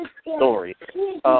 story